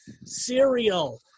cereal